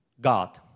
God